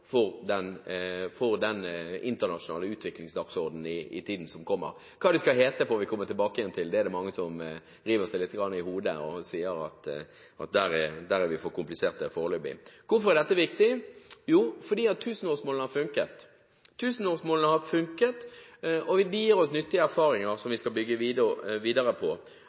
vi komme tilbake til, det er mange som river seg lite grann i hodet og sier at vi der er for kompliserte foreløpig. Hvorfor er dette viktig? Jo, fordi tusenårsmålene har funket, og de gir oss nyttige erfaringer som vi skal bygge videre på.